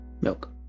milk